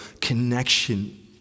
connection